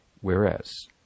whereas